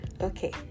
okay